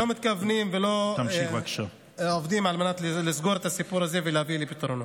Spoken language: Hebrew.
לא מתכוונים ולא עובדים על מנת לסגור את הסיפור הזה ולהביא לפתרונו.